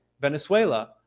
Venezuela